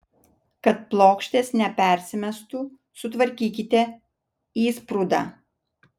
kad plokštės nepersimestų sutvarkykite įsprūdą